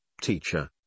Teacher